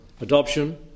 adoption